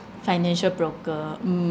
financial broker mm